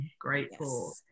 grateful